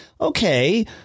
okay